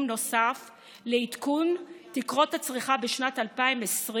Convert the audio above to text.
נוסף לעדכון תקרות הצריכה בשנת 2020,